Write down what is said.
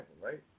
right